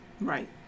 Right